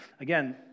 again